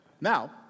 Now